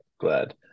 glad